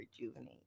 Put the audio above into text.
rejuvenate